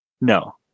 no